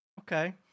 Okay